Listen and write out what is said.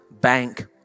bank